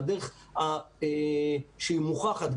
והדרך המוכחת,